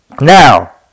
Now